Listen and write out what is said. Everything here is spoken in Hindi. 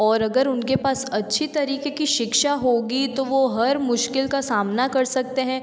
और अगर उनके पास अच्छी तरीक़े की शिक्षा होगी तो वे हर मुश्किल का सामना कर सकते हैं